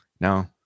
no